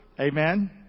Amen